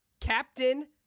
Captain